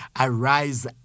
Arise